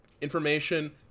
information